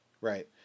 Right